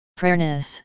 prayerness